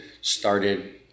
started